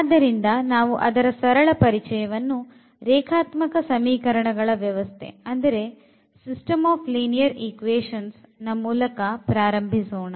ಆದ್ದರಿಂದ ನಾವು ಅದರ ಸರಳವಾದ ಪರಿಚಯವನ್ನು ರೇಖಾತ್ಮಕ ಸಮೀಕರಣಗಳ ವ್ಯವಸ್ಥೆಯ ಮೂಲಕ ಪ್ರಾರಂಭಿಸೋಣ